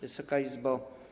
Wysoka Izbo!